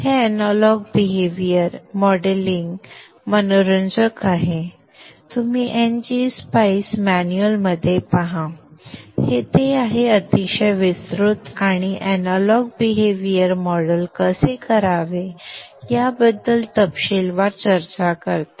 हे analogue behaviour modelling मनोरंजक आहे तुम्ही ngSpice मॅन्युअलमध्ये पहा ते आहे अतिशय विस्तृत आणि अॅनालॉग वर्तन मॉडेल कसे करावे याबद्दल तपशीलवार चर्चा करते